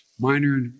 minor